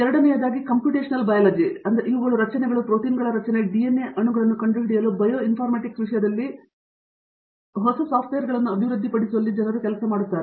ಎರಡನೆಯದಾಗಿ computational biology ರಚನೆಗಳು ಪ್ರೋಟೀನ್ಗಳ ರಚನೆ ಡಿಎನ್ಎ ಅಣುಗಳನ್ನು ಕಂಡುಹಿಡಿಯಲು ಬಯೋಇನ್ಫರ್ಮ್ಯಾಟಿಕ್ಸ್ ವಿಷಯದಲ್ಲಿ ಹೊಸ ಸಾಫ್ಟ್ವೇರ್ಗಳನ್ನು ಅಭಿವೃದ್ಧಿಪಡಿಸುವಲ್ಲಿ ಜನರು ಕೆಲಸ ಮಾಡುತ್ತಾರೆ